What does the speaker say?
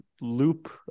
loop